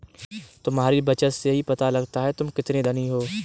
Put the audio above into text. तुम्हारी बचत से ही पता लगता है तुम कितने धनी हो